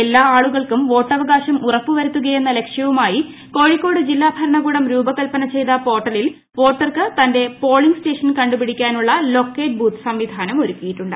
എല്ലാ ആളുകൾക്കും വോട്ടവകാശം ഉറപ്പുവരുത്തുകയെന്ന ലക്ഷ്യവുമായി കോഴിക്കോട് ജില്ലാ ഭരണകൂടം രൂപകൽപ്പന ചെയ്ത പോർട്ടലിൽ വോട്ടർക്ക് തന്റെ പോളിംഗ് സ്റ്റേഷൻ കണ്ടുപിടിക്കാനുള്ള ലൊക്കേറ്റ് ബൂത്ത് സംവിധാനം ഒരുക്കിയിട്ടുണ്ട്